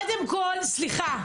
קודם כול, סליחה.